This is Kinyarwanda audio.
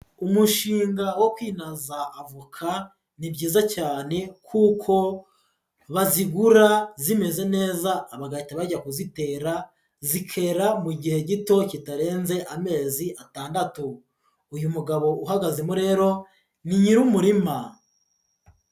Umushinga wo kwinaza avoka, ni byiza cyane kuko bazigura zimeze neza bagahita bajya kuzitera, zikera mu gihe gito kitarenze amezi atandatu, uyu mugabo uhagazemo rero, ni nyirumurima.